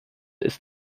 ist